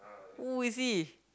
who is he